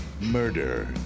Murder